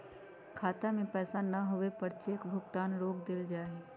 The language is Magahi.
खाता में पैसा न होवे पर चेक भुगतान रोक देयल जा हई